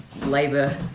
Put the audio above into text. labour